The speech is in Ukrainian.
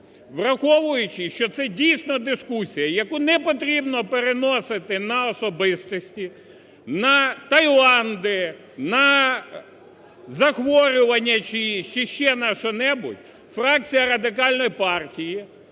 враховуючи, що це дійсно дискусія, яку не потрібно переносити на особистості, на Таїланди, на захворювання чиїх чи ще на що-небудь, фракція Радикальної партії